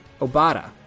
Obata